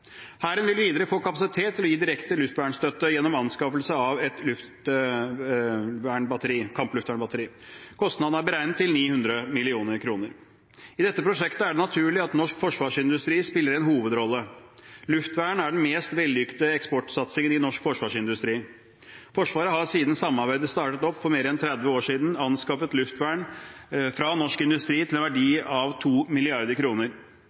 Hæren vil videre få kapasitet til å gi direkte luftvernstøtte gjennom anskaffelse av et kampluftvernbatteri. Kostnadene er beregnet til 900 mill. kr. I dette prosjektet er det naturlig at norsk forsvarsindustri spiller en hovedrolle. Luftvern er den mest vellykkede eksportsatsingen i norsk forsvarsindustri. Forsvaret har siden samarbeidet startet opp for mer enn 30 år siden, anskaffet luftvern fra norsk industri til en verdi av